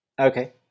Okay